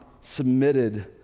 submitted